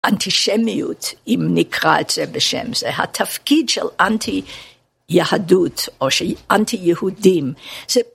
אנטישמיות, אם נקרא את זה בשם, זה התפקיד של אנטי-יהדות או אנטי-יהודים.